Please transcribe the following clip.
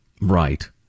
right